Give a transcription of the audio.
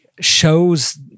shows